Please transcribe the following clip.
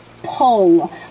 pull